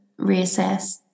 reassess